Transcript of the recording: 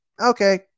okay